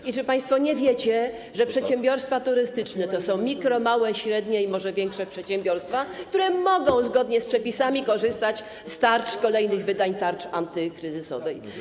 I czy państwo nie wiecie, że przedsiębiorstwa turystyczne to są mikro-, małe, średnie i może większe przedsiębiorstwa, które mogą zgodnie z przepisami korzystać z tarcz, z kolejnych wersji tarczy antykryzysowej?